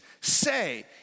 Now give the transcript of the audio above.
say